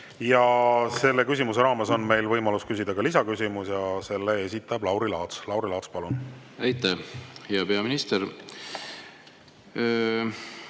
Selle küsimuse raames on meil võimalus küsida ka lisaküsimus ja selle esitab Lauri Laats. Lauri Laats, palun! Aitäh! Hea peaminister!